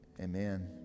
Amen